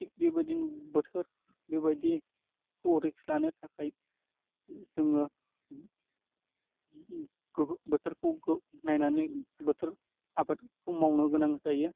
थिक बेबादिनो बोथोर बे बायदिखौ रिक्स लानो थाखाय जोङो बोथोरखौ नायनानै बोथोर आबादखौ मावनो गोनां जायो